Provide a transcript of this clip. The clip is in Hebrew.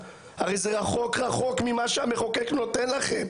הרי זה רחוק רחוק ממה שהמחוקק נותן לכם